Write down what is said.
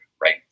right